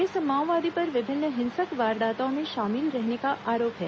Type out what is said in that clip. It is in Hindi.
इस माओवादी पर विभिन्न हिंसक वारदाताओं में शामिल रहने का आरोप है